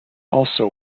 also